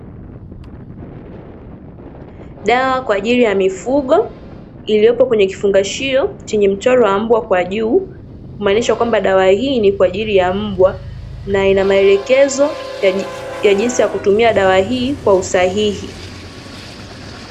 Dawa kwa ajili ya mifugo, iliyopo kwenye kifungashio chenye mchoro wa mbwa kwa juu, kumaanisha kuwa dawa hii ni kwa ajili ya mbwa, na ina maelekezo jinsi ya kutumia dawa hii kwa usahihi.